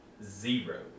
zero